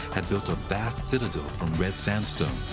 had built a vast citadel from red sandstone.